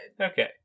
Okay